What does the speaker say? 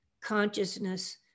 consciousness